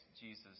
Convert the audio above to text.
Jesus